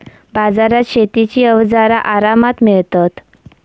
बाजारात शेतीची अवजारा आरामात मिळतत